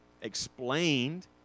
explained